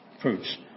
fruits